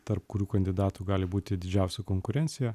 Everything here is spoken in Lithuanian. tarp kurių kandidatų gali būti didžiausia konkurencija